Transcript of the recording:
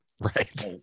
Right